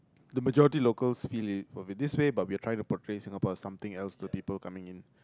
the majority locals feel it but this way but we are trying to portray Singapore something else to people coming in